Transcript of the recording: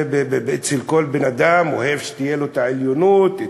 כל בן-אדם אוהב שתהיה לו עליונות.